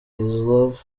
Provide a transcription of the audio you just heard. love